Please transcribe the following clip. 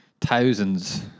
Thousands